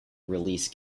release